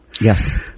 Yes